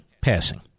passing